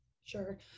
Sure